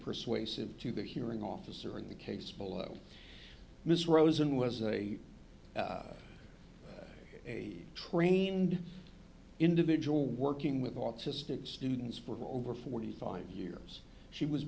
persuasive to the hearing officer in the case below mr rosen was a a trained individual working with autistic students for over forty five years she was